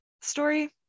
story